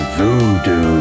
Voodoo